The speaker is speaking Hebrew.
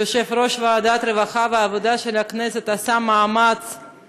יושב-ראש ועדת הרווחה והעבודה של הכנסת עשה מאמץ-על.